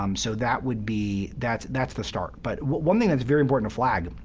um so that would be that's that's the start. but one thing that's very important to flag